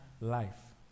life